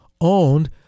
owned